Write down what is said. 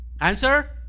answer